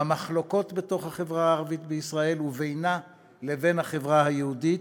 במחלוקות בתוך החברה הערבית בישראל ובינה לבין החברה היהודית,